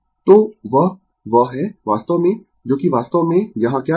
तो वह वह है वास्तव में जो कि वास्तव में यहाँ क्या लिखा है